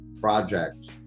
project